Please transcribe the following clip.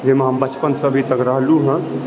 जाहिमे हम बचपनसँ अभीतक रहलहुँ हँ